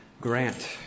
grant